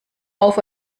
auf